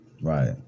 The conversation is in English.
Right